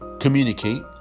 communicate